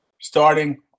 Starting